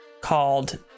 called